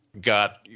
got